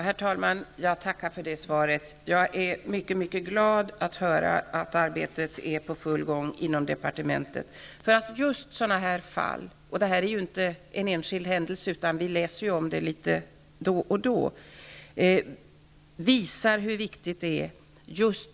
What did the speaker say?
Herr talman! Jag tackar för det svaret. Jag är mycket glad att höra att arbetet är i full gång inom departementet. Sådana här fall visar hur viktigt det är med snabba reaktioner. Detta är inte en enskild händelse. Vi läser om sådana här fall litet då och då.